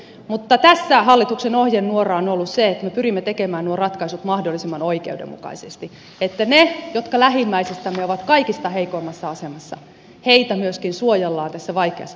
mutta tässä hallituksen ohjenuora on ollut se että me pyrimme tekemään nuo ratkaisut mahdollisimman oikeudenmukaisesti niin että niitä jotka lähimmäisistämme ovat kaikista heikoimmassa asemassa myöskin suojellaan tässä vaikeassa taloustilanteessa